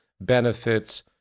benefits